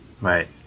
Right